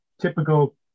Typical